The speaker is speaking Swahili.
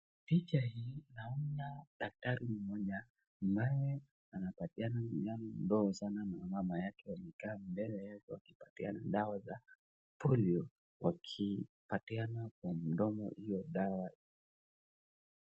Picha hii naona daktari mmoja ambaye anapatiana kijana mdogo sana na mama yake wamekaa mbele yake wakipatiana dawa za polio, wakipatiana kwa mdomo hiyo dawa.